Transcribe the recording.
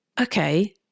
okay